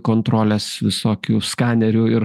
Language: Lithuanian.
kontrolės visokių skanerių ir